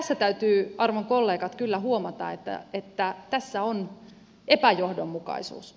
tässä täytyy arvon kollegat kyllä huomata että tässä on epäjohdonmukaisuus